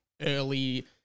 early